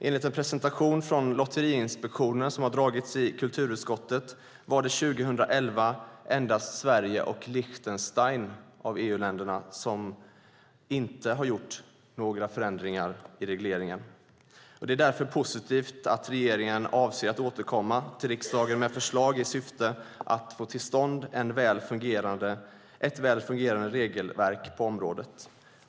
Enligt en presentation från Lotteriinspektionen som har föredragits i kulturutskottet var det 2011 endast Sverige och Luxemburg av EU-länderna som inte har gjort någon förändring i regleringen. Det är därför positivt att regeringen avser att återkomma till riksdagen med förslag i syfte att få till stånd ett väl fungerande regelverk på området.